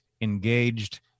engaged